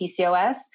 PCOS